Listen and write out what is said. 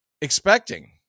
expecting